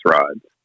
rods